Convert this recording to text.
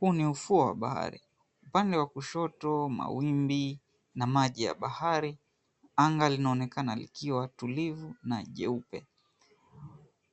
Huu ni ufuo wa bahari. Upande wa kushoto mawimbi na maji ya bahari. Anga linaonekana likiwa tulivu na jeupe,